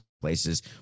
places